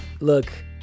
Look